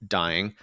dying